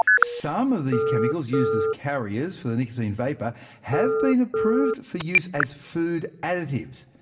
some of these chemicals used as carriers for the nicotine vapour have been approved for use as food additives,